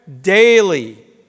Daily